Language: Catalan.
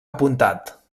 apuntat